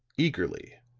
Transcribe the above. eagerly,